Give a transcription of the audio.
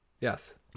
yes